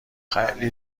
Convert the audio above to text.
خیلی